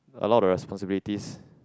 a lot of responsibilities